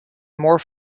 more